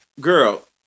girl